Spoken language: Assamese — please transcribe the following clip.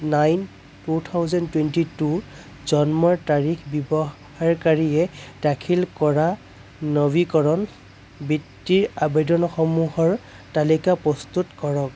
nine two thousand twenty two জন্মৰ তাৰিখৰ ব্যৱহাৰকাৰীয়ে দাখিল কৰা নবীকৰণ বৃত্তিৰ আবেদনসমূহৰ তালিকা প্ৰস্তুত কৰক